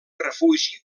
refugi